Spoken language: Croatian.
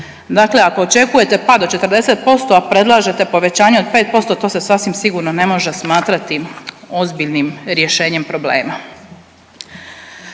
dakle ako očekujete pad od 40%, a predlažete povećanje od 5% to se sasvim sigurno ne može smatrati ozbiljnim rješenjem problema.